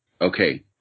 Okay